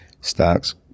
Stocks